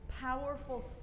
Powerful